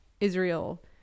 Israel